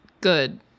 good